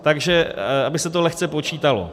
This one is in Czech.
Takže aby se to lehce počítalo.